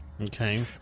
Okay